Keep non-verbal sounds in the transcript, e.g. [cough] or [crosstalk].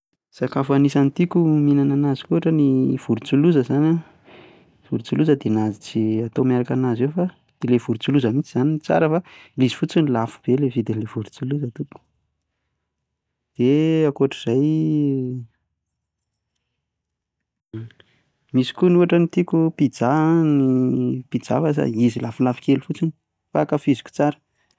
Sakafo an'isany tiako no mihinana an'azy koa ohatra ny vorontsiloza izany an, ny vorontsiloza dia izay atao miaraka an'azy eo fa, ilay vorontsiloza mihintsy izany no tsara fa le izy fotsiny no lafo be ilay vidin'ilay vorontsiloza tompoko, dia [hesitation] akoatr'izay, [hesitation] misy koa ohatra hoe tiako pizza an, ny pizza fa saingy izy lafolafo kely fotsiny fa ankafiziko tsara.